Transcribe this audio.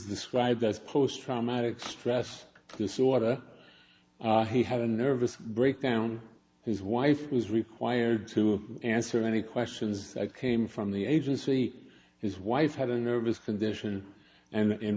described as post traumatic stress disorder he had a nervous breakdown his wife was required to answer any questions that came from the agency his wife had a nervous condition and in